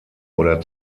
oder